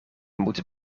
moeten